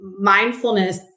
mindfulness